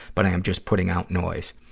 but i am just putting out noise.